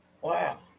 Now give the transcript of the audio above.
Wow